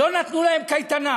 לא נתנו להם קייטנה.